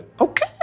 Okay